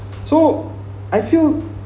so I feel